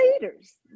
leaders